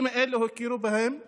הכירו ביישובים האלה,